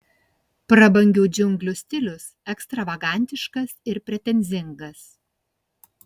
prabangių džiunglių stilius ekstravagantiškas ir pretenzingas